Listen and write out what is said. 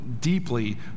deeply